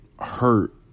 hurt